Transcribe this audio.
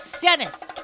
Dennis